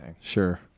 Sure